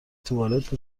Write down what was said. توالت